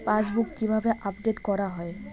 Passbook কিভাবে update করা হয়?